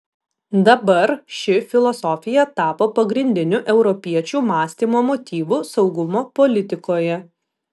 dabar ši filosofija tapo pagrindiniu europiečių mąstymo motyvu saugumo politikoje